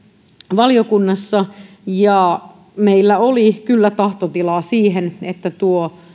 valiokunnassa ja meillä oli kyllä tahtotilaa siihen että tuo